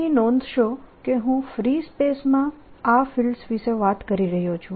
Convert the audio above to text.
અહીં નોંધશો કે હું ફ્રી સ્પેસ માં આ ફિલ્ડ્સ વિશે વાત કરી રહ્યો છું